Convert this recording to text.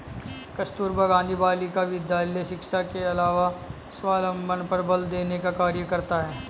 कस्तूरबा गाँधी बालिका विद्यालय शिक्षा के अलावा स्वावलम्बन पर बल देने का कार्य करता है